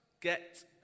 get